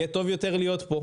יהיה טוב יותר לחיות פה.